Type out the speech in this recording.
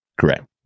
correct